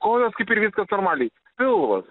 kojos kaip ir viskas normaliai pilvas